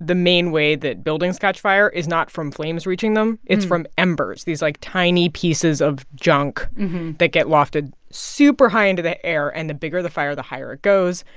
the main way that buildings catch fire is not from flames reaching them, it's from embers these, like, tiny pieces of junk that get lofted super high into the air. and the bigger the fire, the higher it goes,